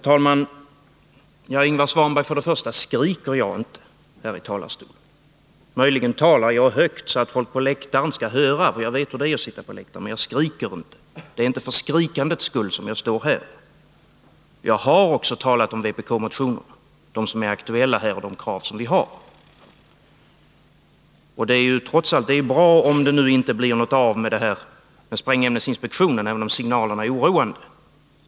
Herr talman! Jag vill först säga att jag inte skriker från denna talarstol, Ingvar Svanberg. Möjligen talar jag högt, så att folk på läktarna skall höra, eftersom jag vet hur det är att därifrån lyssna på debatterna. Det är inte för attskrika som jag står här. Jag vill dessutom säga att jag också har talat om de vpk-motioner som är aktuella och om de krav som vi har. Det är trots allt bra om det inte blir något av förslaget beträffande sprängämnesinspektionen, även om signalerna är oroande.